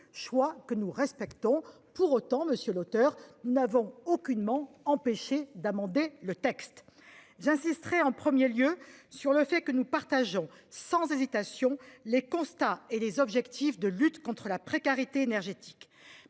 choix que nous respectons. Pour autant, monsieur l'auteur nous n'avons aucunement empêché d'amender le texte. J'insisterai en 1er lieu sur le fait que nous partageons sans hésitation les constats et les objectifs de lutte contre la précarité énergétique.